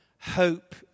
Hope